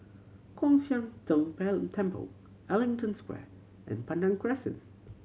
Kwan Siang Tng Temple Ellington Square and Pandan Crescent